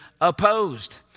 opposed